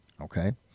okay